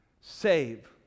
save